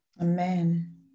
Amen